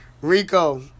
Rico